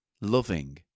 loving